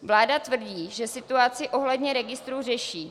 Vláda tvrdí, že situaci ohledně registrů řeší.